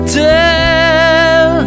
tell